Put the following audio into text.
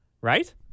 right